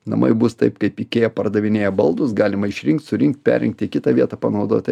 namai bus taip kaip ikėja pardavinėja baldus galima išrinkt surinkt perrinkt į kitą vietą panaudot tai